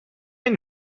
این